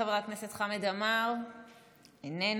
חבר הכנסת חמד עמאר, איננו,